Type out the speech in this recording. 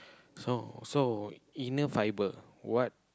so so inner fibre what